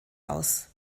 aus